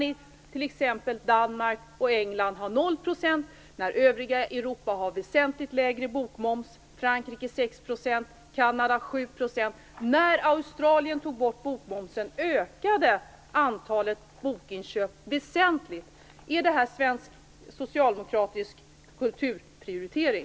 I t.ex. Danmark och England har man 0 % moms och övriga Europa har väsentligt lägre bokmoms - Frankrike 6 %, Kanada 7 %. När man i Australien tog bort bokmomsen ökade antalet bokinköp väsentligt. Är detta svensk socialdemokratisk kulturprioritering?